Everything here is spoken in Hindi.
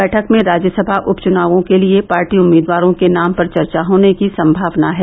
बैठक में राज्यसभा उपच्नावों के लिए पार्टी उम्मीदवारों के नाम पर चर्चा होने की संभावना है